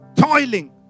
toiling